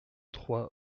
trois